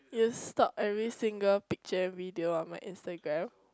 you will stalk every single picture and video on my Instagram